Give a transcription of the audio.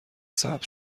ثبت